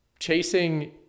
Chasing